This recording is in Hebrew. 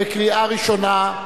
קריאה ראשונה,